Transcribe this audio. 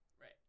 Right